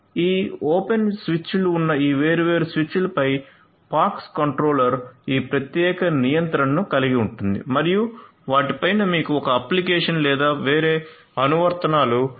ఈ ఓపెన్వి స్విచ్లు ఉన్న ఈ వేర్వేరు స్విచ్లపై పాక్స్ కంట్రోలర్ ఈ ప్రత్యేక నియంత్రణను కలిగి ఉంటుంది మరియు వాటి పైన మీకు ఒక అప్లికేషన్ లేదా వేరే అనువర్తనాలు ఉన్నాయి